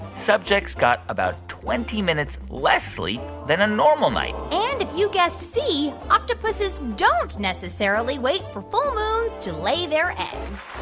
subjects got about twenty minutes less sleep than a normal night and if you guessed c, octopuses don't necessarily wait for full moons to lay their eggs.